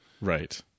Right